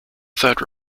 third